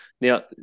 Now